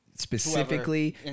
Specifically